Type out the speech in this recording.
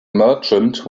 merchant